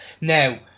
Now